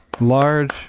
large